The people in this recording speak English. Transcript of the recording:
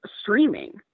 streaming